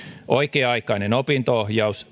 oikea aikainen opinto ohjaus